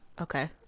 Okay